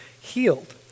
healed